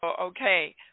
okay